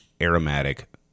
aromatic